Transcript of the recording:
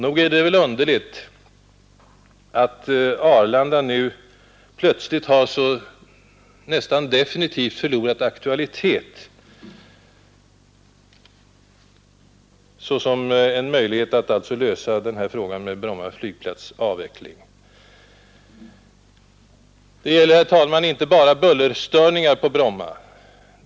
Nog är det väl underligt att Arlanda nu plötsligt har nästan definitivt förlorat aktualitet såsom en möjlighet att lösa problemet med Bromma flygplats” avveckling. Det gäller, herr talman, inte bara bullerstörningarna på Bromma.